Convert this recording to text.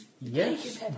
Yes